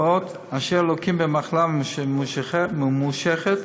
אשר לוקים במחלה ממושכת